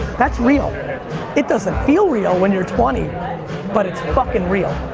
that's real it doesn't feel real when you're twenty but it's fucking real